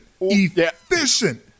efficient